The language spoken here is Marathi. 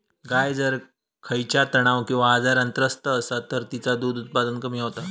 गाय जर खयच्या तणाव किंवा आजारान त्रस्त असात तर तिचा दुध उत्पादन कमी होता